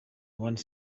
one